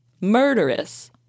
murderous